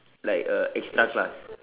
like uh extra class